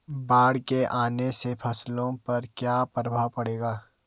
बाढ़ के आने से फसलों पर क्या प्रभाव पड़ेगा?